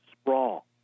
sprawl